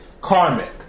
karmic